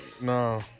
No